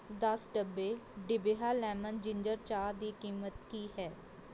ਦਸ ਡੱਬੇ ਡੀਬਿਹਾ ਲੈਮਨ ਜਿੰਜਰ ਚਾਹ ਦੀ ਕੀਮਤ ਕੀ ਹੈ